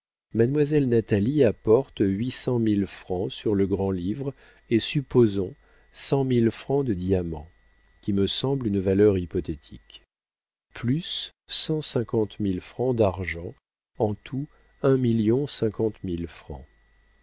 natalie apporte huit cent mille francs sur le grand livre et supposons cent mille francs de diamants qui me semblent une valeur hypothétique plus cent cinquante mille francs d'argent en tout un million